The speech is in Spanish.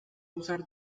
usar